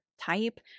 type